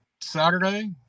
Saturday